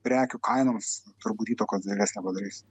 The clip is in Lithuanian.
prekių kainoms turbūt įtakos didelės nepadarys